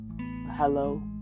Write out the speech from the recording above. hello